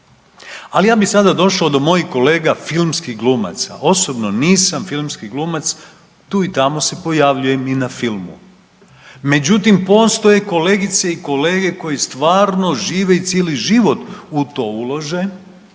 Ali ja bi sada došao do mojih kolega filmskih glumaca. Osobno nisam filmski glumac, tu i tamo se pojavljujem i na filmu. Međutim postoje kolegice i kolege koji stvarno žive i cijeli život u to ulože